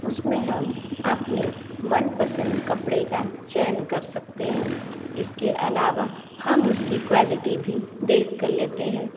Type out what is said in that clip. उसमें हम अपने मनपसंद कपड़े का चयन कर सकते हैं इसके अलावा हम उसकी क्वालिटी भी देख कर लेते हैं